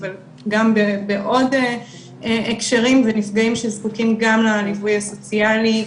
אבל גם בעוד הקשרים ונפגעים שזקוקים גם לליווי הסוציאלי.